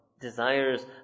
desires